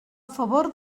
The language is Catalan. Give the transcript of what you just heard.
favor